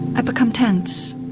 i become tense.